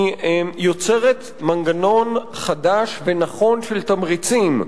היא יוצרת מנגנון חדש ונכון של תמריצים,